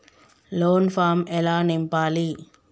Loan form ఎలా నింపాలి?